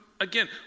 again